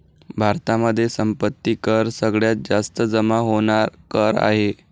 भारतामध्ये संपत्ती कर सगळ्यात जास्त जमा होणार कर आहे